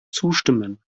zustimmen